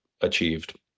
achieved